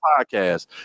podcast